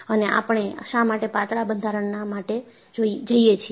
અનેઆપણે શા માટે પાતળા બંધારણ ના માટે જઈએ છીએ